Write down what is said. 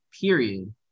period